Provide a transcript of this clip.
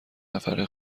نفره